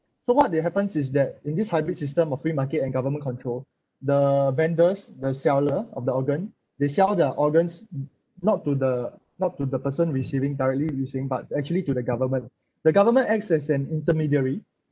so what did happens is that in this hybrid system of free market and government control the vendors the seller of the organ they sell their organs not to the not to the person receiving directly using but actually to the government the government acts as an intermediary